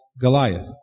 Goliath